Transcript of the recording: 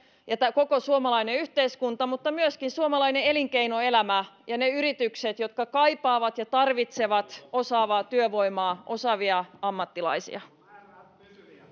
ja tämä koko suomalainen yhteiskunta mutta myöskin suomalainen elinkeinoelämä ja ne yritykset jotka kaipaavat ja tarvitsevat osaavaa työvoimaa osaavia ammattilaisia